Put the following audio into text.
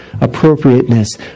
appropriateness